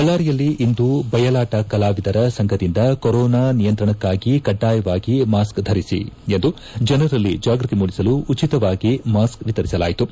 ಬಳ್ಳಾರಿಯಲ್ಲಿ ಇಂದು ಬಯಲಾಟ ಕಲಾವಿದರ ಸಂಘದಿಂದ ಕೊರೋನಾ ನಿಯಂತ್ರಣಕ್ಕಾಗಿ ಕಡ್ಡಾಯವಾಗಿ ಮಾಸ್ಕ್ ಧರಿಸಿ ಎಂದು ಜನರಲ್ಲಿ ಜಾಗೃತಿ ಮೂಡಿಸಲು ಉಚಿತವಾಗಿ ಮಾಸ್ಕ್ ವಿತರಿಸಲಾಯಿತು